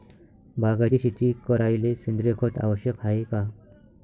बागायती शेती करायले सेंद्रिय खत आवश्यक हाये का?